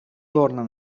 torna